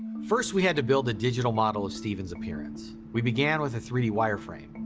first we had to build the digital model of stephen's appearance. we began with a three d wire frame,